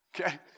Okay